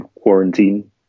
quarantine